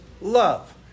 love